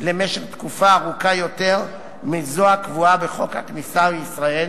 תקופה ארוכה יותר מזו הקבועה בחוק הכניסה לישראל